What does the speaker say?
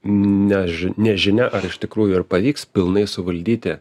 neži nežinia ar iš tikrųjų ar pavyks pilnai suvaldyti